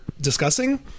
discussing